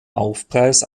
aufpreis